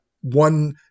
one